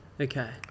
Okay